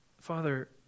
Father